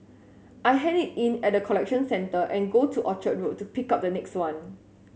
I hand it in at the collection centre and go to Orchard Road to pick up the next one